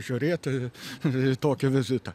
žiūrėti į tokį vizitą